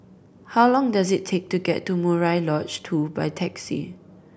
how long does it take to get to Murai Lodge Two by taxi